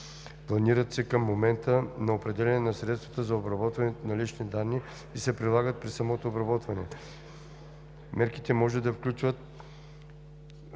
планират се към момента на определяне на средствата за обработването на лични данни и се прилагат при самото обработване. Мерките може да включват